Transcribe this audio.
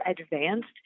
advanced